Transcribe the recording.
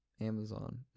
Amazon